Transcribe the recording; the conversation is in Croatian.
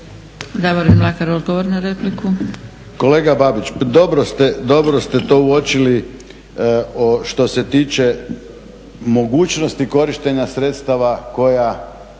**Mlakar, Davorin (HDZ)** Kolega Babić, dobro ste to uočili što se tiče mogućnosti korištenja sredstava koja